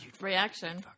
reaction